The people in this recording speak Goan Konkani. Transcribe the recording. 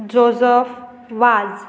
जोजफ वाझ